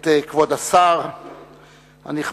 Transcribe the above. את כבוד השר הנכבד.